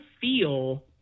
feel